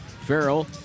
Farrell